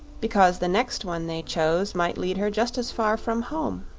because the next one they chose might lead her just as far from home.